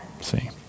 See